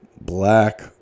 Black